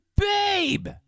babe